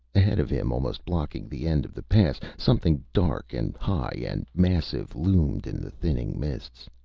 ahead of him, almost blocking the end of the pass, something dark and high and massive loomed in the thinning mists.